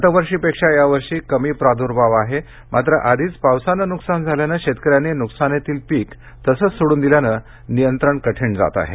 गतवर्षीपेक्षा यावर्षी कमी प्राद्भाव आहे मात्र आधीच पावसानं नुकसान झाल्यानं शेतकर्यां नी नुकसानीतलं पीक तसंच सोडून दिल्यानं नियंत्रण कठीण जात आहे